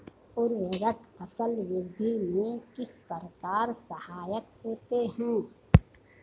उर्वरक फसल वृद्धि में किस प्रकार सहायक होते हैं?